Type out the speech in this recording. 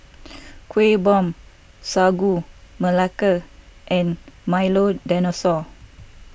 Kuih Bom Sagu Melaka and Milo Dinosaur